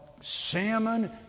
salmon